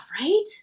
right